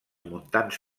montans